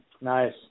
Nice